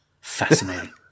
Fascinating